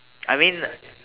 I mean